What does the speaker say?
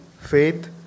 faith